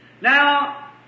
Now